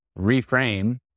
reframe